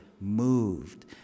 moved